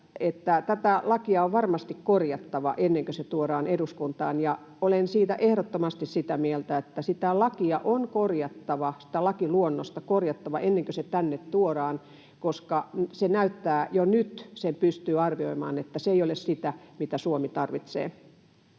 tätä lakia on varmasti korjattava ennen kuin se tuodaan eduskuntaan. Olen ehdottomasti sitä mieltä, että sitä lakiluonnosta on korjattava ennen kuin se tänne tuodaan, koska näyttää jo nyt siltä, sen pystyy arvioimaan, että se ei ole sitä, mitä Suomi tarvitsee.